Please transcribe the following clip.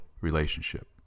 relationship